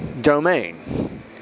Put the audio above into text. domain